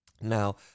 Now